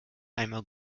einmal